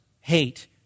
hate